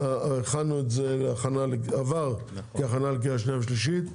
זה עבר כהכנה לקריאה שנייה ושלישית.